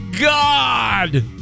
God